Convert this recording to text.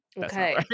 Okay